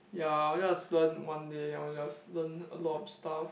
ya I only want learn one day and we just learn a lot of stuff